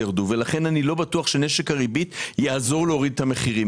ולכן אני לא בטוח שנשק הריבית יעזור להוריד את המחירים.